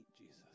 Jesus